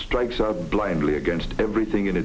strikes blindly against everything